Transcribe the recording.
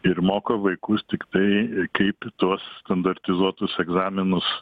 ir moko vaikus tiktai kaip tuos standartizuotus egzaminus